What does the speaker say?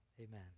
amen